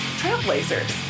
trailblazers